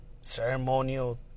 ceremonial